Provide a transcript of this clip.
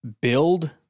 build